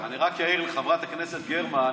אני רק אעיר לחברת הכנסת גרמן,